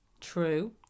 True